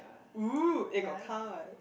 oh eh got car what